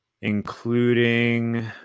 including